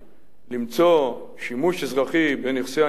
אפשר למצוא שימוש אזרחי בנכסי הנפקדים,